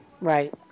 Right